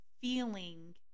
feeling